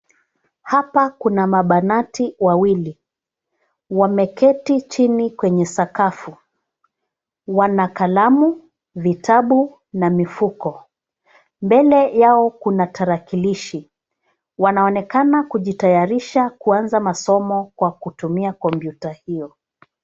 Hapa kuna mabanati wawili, wameketi chini kwenye sakafu. Wana kalamu, vitabu na mifuko. Mbele yao kuna tarakilishi. Wanaonekana kujitayarisha kuanza masomo kwa kutumia kompyuta hio.